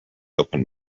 open